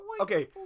okay